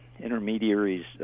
intermediaries